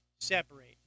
separate